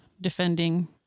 defending